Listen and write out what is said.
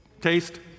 Taste